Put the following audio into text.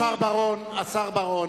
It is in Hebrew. השר בר-און,